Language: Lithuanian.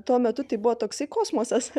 tuo metu tai buvo toksai kosmosas